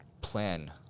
plan